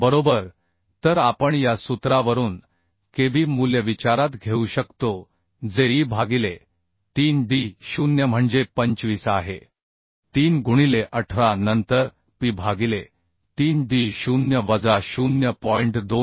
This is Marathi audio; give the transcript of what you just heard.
बरोबर तर आपण या सूत्रावरून kb मूल्य विचारात घेऊ शकतो जे e भागिले 3d0 म्हणजे 25 भागिले3 गुणिले 18 नंतर p भागिले 3d0 वजा 0